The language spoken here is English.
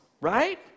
right